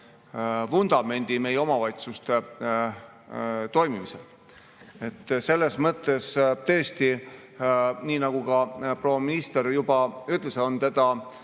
vundamendi meie omavalitsuste toimimisele. Selles mõttes tõesti, nii nagu ka proua minister juba ütles, on teda